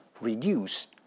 reduced